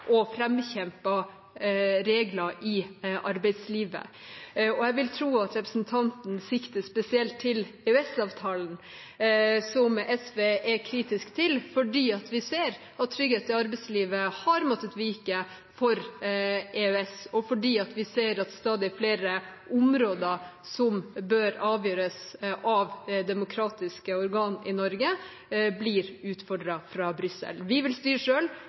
og framkjempede regler i arbeidslivet. Jeg vil tro at representanten sikter spesielt til EØS-avtalen, som SV er kritisk til, fordi vi ser at trygghet i arbeidslivet har måttet vike for EØS, og fordi vi ser at stadig flere områder som bør avgjøres av demokratiske organ i Norge, blir utfordret fra Brussel. Vi vil styre